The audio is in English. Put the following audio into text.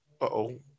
Uh-oh